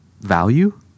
value